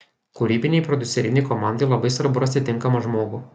kūrybinei prodiuserinei komandai labai svarbu rasti tinkamą žmogų